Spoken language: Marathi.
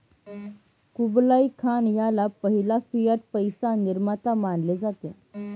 कुबलाई खान ह्याला पहिला फियाट पैसा निर्माता मानले जाते